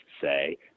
say